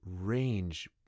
range